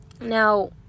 Now